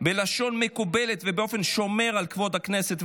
בלשון מקובלת ובאופן ששומר על כבוד הכנסת,